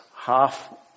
half